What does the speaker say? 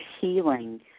healing